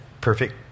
Perfect